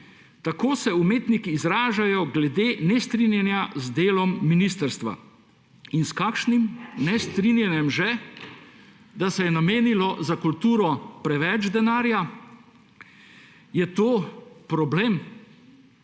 Tako se umetniki izražajo glede nestrinjanja z delom ministrstva. In s kakšnim nestrinjanjem že? Da se je namenilo za kulturo preveč denarja? Je to problem?